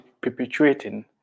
perpetuating